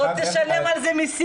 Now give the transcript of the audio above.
עוד תשלם על זה מיסים.